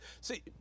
see